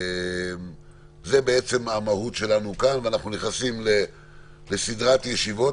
זו המהות שלנו כאן ואנחנו נכנסים לסדרת ישיבות.